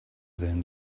then